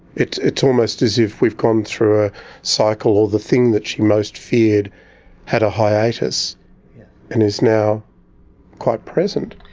it's it's almost as if we've gone through a cycle, or the thing that she most feared had a hiatus and is now quite present.